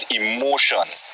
emotions